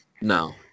No